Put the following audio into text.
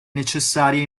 necessarie